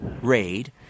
Raid